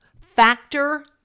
Factor